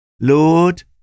Lord